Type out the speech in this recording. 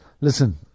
listen